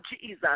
Jesus